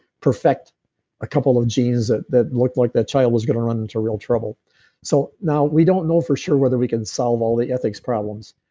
perfect a couple of genes that that looked like that child was going to run into real trouble so, now we don't know for sure whether we can solve all the ethics problems,